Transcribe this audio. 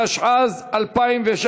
התשע"ז 2016,